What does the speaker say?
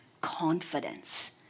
confidence